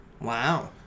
Wow